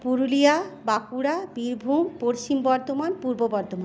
Purulia Bankura Birbhum Paschim Bardhaman Purba Bardhaman